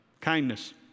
Kindness